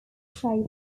shapes